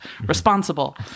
Responsible